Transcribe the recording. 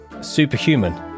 superhuman